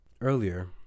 Earlier